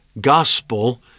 gospel